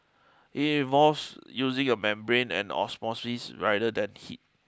it involves using a membrane and osmosis rather than heat